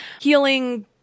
healing